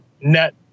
net